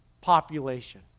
population